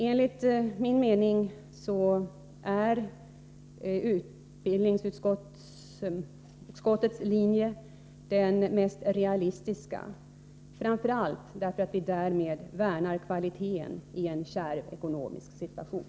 Enligt min mening är utbildningsutskottets linje den mest realistiska, framför allt därför att vi därmed värnar om kvaliteten i utbildningarna i en kärv ekonomisk situation.